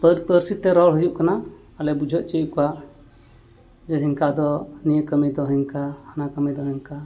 ᱯᱟᱹᱨ ᱯᱟᱹᱨᱥᱤ ᱛᱮ ᱨᱚᱲ ᱦᱩᱭᱩᱜ ᱠᱟᱱᱟ ᱟᱨᱞᱮ ᱵᱩᱡᱷᱟᱹᱣ ᱦᱚᱪᱚᱭᱮᱫ ᱠᱚᱣᱟ ᱡᱮ ᱚᱱᱠᱟ ᱫᱚ ᱱᱤᱭᱟᱹ ᱠᱟᱹᱢᱤ ᱫᱚ ᱦᱟᱱᱠᱟ ᱦᱟᱱᱟ ᱠᱟᱹᱢᱤ ᱫᱚ ᱦᱟᱱᱠᱟ